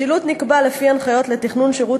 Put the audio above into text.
1. השילוט נקבע לפי הנחיות לתכנון שילוט